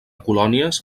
colònies